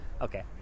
okay